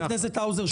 חבר הכנסת האוזר,